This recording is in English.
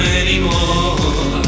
anymore